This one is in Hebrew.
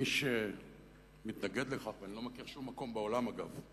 מי שמתנגד לכך, ואני לא מכיר שום מקום בעולם שבו